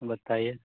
बताइए